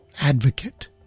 advocate